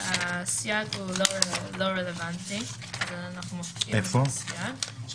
הסייג לא רלוונטי, ואנחנו מסירים את הסייג.